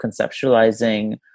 conceptualizing